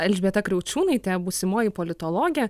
elžbieta kriaučiūnaitė būsimoji politologė